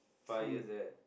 fires there